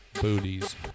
Booties